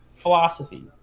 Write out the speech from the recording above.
philosophy